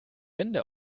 wände